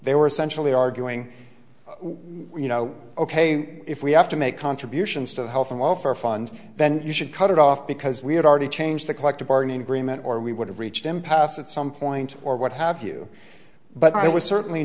they were essentially arguing we you know ok if we have to make contributions to the health and welfare fund then you should cut it off because we had already changed the collective bargaining agreement or we would have reached impasse at some point or what have you but i was certainly